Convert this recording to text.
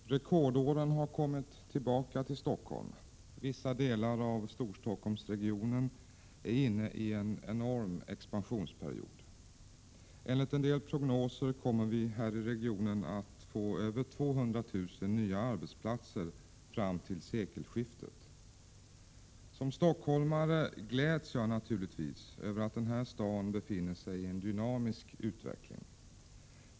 Herr talman! Rekordåren har kommit tillbaka till Stockholm. Vissa delar av Storstockholmsområdet är inne i en enorm expansionsperiod. Enligt en del prognoser kommer vi här i regionen att få över 200 000 nya arbetsplatser fram till sekelskiftet. Som stockholmare gläds jag naturligtvis över att den här staden befinner sig i en dynamisk utveckling.